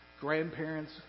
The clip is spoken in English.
grandparents